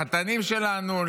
לחתנים שלנו,